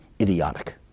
idiotic